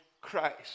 Christ